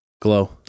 glow